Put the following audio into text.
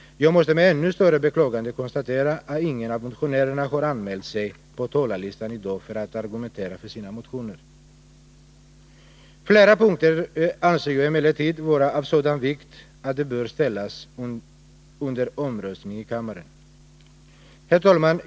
Jag måste med ännu större beklagande konstatera att ingen av motionärerna har anmält sig på talarlistan i dag för att argumentera för sina motioner. Flera punkter anser jag emellertid vara av sådan vikt att de bör ställas under omröstning i kammaren. Herr talman!